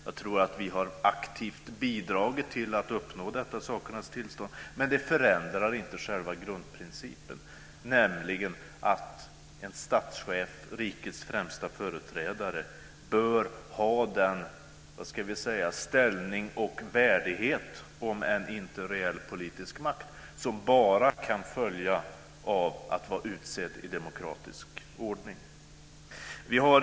Jag tror att vi aktivt har bidragit till uppnåendet av detta sakernas tillstånd. Dock förändrar det inte själva grundprincipen, nämligen att en statschef, rikets främste företrädare, bör ha den ställning och värdighet, om än inte reell politisk makt, som bara kan följa av att vara utsedd i demokratisk ordning.